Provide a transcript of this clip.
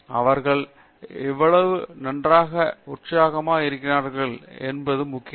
அவர்கள் எவ்வளவு நன்றாக அல்லது வெற்றிகரமாக இருக்கிறார்களென்று பரீட்சை எழுதும்பொழுது தெரிகிறது